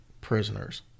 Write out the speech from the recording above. prisoners